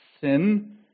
sin